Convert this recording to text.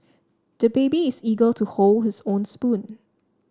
the baby is eager to hold his own spoon